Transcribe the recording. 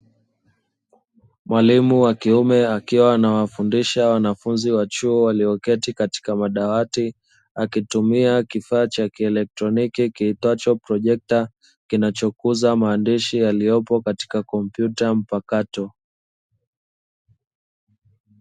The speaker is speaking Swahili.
Mwalimu wa kiume akiwa anawafundisha wanafunzi wa chuo walioketi katika madawati, akitumia kifaa cha kielektroniki kiitwacho projekta, kinachokuza maandishi yaliyopo katika kompyuta mpakato.